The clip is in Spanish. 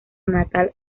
natal